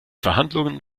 verhandlungen